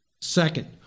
Second